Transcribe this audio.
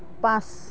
পাঁচ